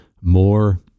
more